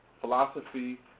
philosophy